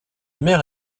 mère